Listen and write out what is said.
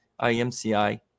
IMCI